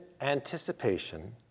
anticipation